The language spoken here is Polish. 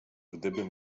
gdybym